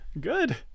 good